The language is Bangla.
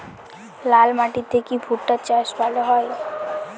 লাল মাটিতে কি ভুট্টা চাষ ভালো হয়?